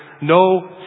no